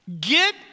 Get